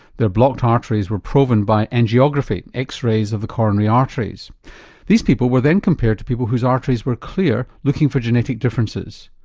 their blocked arteries were proven by angiography x-rays of the coronary arteries. and these people were then compared to people whose arteries were clear looking for genetic differences.